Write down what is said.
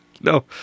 No